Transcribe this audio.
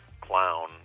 Clown